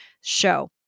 show